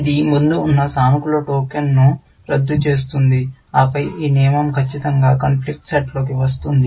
ఇది ముందు ఉన్న సానుకూల టోకెన్ను రద్దు చేస్తుంది ఆపై ఈ నియమం ఖచ్చితంగా కాన్ఫ్లిక్ట్ సెట్లోకి వస్తుంది